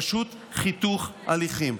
פשוט חיתוך הליכים.